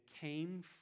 came